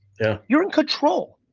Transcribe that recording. yeah you're in control.